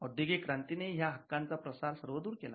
औद्योगिक क्रांती ने या हक्कांचा प्रसार सर्वदूर केला